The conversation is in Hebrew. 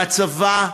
בצבא,